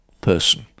person